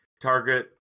target